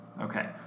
Okay